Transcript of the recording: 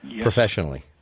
professionally